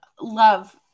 love